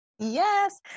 Yes